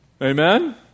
Amen